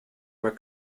were